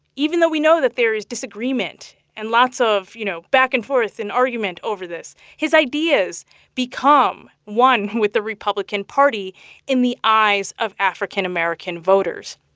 even though we know that there is disagreement and lots of, you know, back-and-forth and argument over this, his ideas become one with the republican party in the eyes of african american voters.